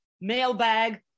mailbag